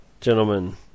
gentlemen